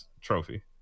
trophy